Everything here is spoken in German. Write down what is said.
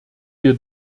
wir